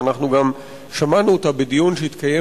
ואנחנו גם שמענו אותה בדיון שהתקיים